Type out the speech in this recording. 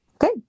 Okay